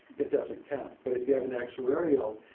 it doesn't count. but if you have an actuarial